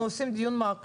אנחנו עושים מעקב.